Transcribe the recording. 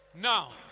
Now